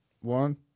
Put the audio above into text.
One